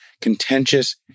contentious